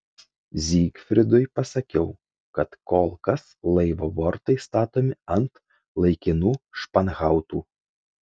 zygfridui pasakiau kad kol kas laivo bortai statomi ant laikinų španhautų